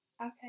okay